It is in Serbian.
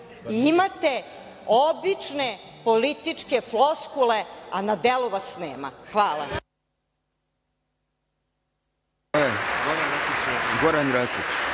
i imate obične političke floskule, a na delu vas nema. Hvala.